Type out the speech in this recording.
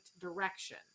direction